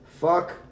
Fuck